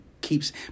keeps